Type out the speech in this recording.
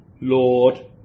Lord